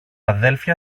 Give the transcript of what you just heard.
αδέλφια